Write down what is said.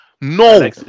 No